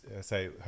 say